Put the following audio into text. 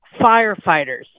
firefighters